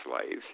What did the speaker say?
slaves